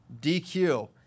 DQ